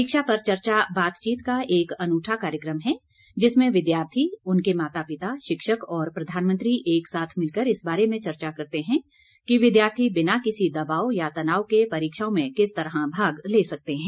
परीक्षा पर चर्चा बातचीत का एक अनूठा कार्यक्रम है जिसमें विद्यार्थी उनके माता पिता शिक्षक और प्रधानमंत्री एक साथ मिलकर इस बारे में चर्चा करते हैं कि विद्यार्थी बिना किसी दबाव या तनाव के परीक्षाओं में किस तरह भाग ले सकते हैं